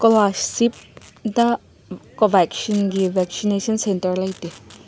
ꯀꯣꯂꯥꯁꯤꯞꯗ ꯀꯣꯕꯦꯛꯁꯤꯟꯒꯤ vaccination centre ꯂꯩꯇꯦ